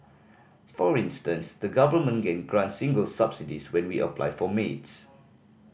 for instance the Government can grant singles subsidies when we apply for maids